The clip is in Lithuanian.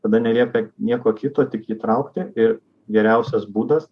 tada nelieka nieko kito tik jį traukti ir geriausias būdas